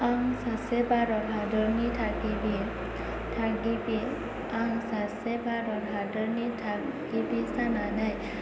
आं सासे भारत हादरनि थागिबि आं सासे भारत हादरनि थागिबि जानानै